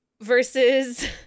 Versus